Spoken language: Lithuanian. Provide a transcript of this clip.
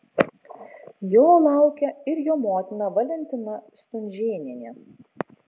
jo laukia ir jo motina valentina stunžėnienė